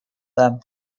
them